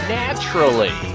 naturally